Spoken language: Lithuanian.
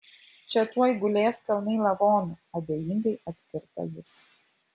čia tuoj gulės kalnai lavonų abejingai atkirto jis